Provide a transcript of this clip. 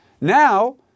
Now